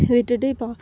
விட்டுட்டு இப்போது